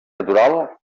natural